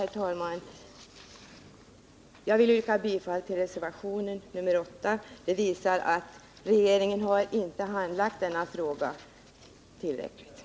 Detta visar att regeringen inte har handlagt denna fråga tillräckligt. Jag vill yrka bifall till reservationen nr 8.